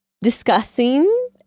discussing